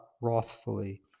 wrathfully